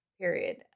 period